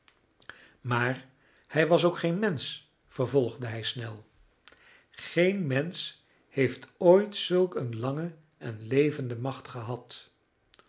maar hij was ook geen mensch vervolgde hij snel geen mensch heeft ooit zulk een lange en levende macht gehad